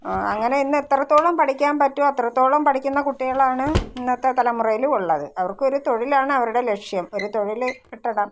അങ്ങനെ ഇന്ന് എത്രത്തോളം പഠിയ്ക്കാൻ പറ്റുമോ അത്രത്തോളം പഠിയ്ക്കുന്ന കുട്ടികളാണ് ഇന്നത്തെ തലമുറയിൽ ഉള്ളത് അവർക്കൊരു തൊഴിലാണ് അവരുടെ ലക്ഷ്യം ഒരു തൊഴിൽ കിട്ടണം